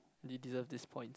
you deserve this point